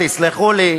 תסלחו לי,